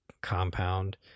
compound